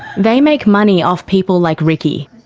they make money off people like ricky.